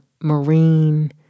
marine